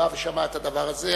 שמע את הדבר הזה,